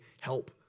help